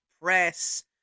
press